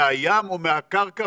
מהים או מהקרקע,